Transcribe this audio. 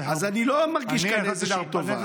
אז אני לא מרגיש כאן איזושהי טובה.